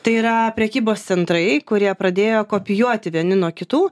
tai yra prekybos centrai kurie pradėjo kopijuoti vieni nuo kitų